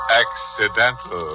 accidental